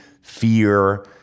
fear